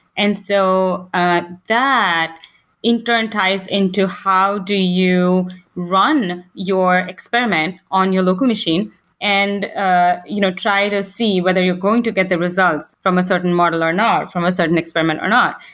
and so that in turn ties into how do you run your experiment on your local machine and ah you know try to see whether you're going to get the results from a certain model or not, from a certain experiment or not.